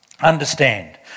understand